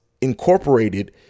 incorporated